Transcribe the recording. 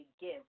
give